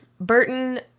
burton